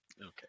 Okay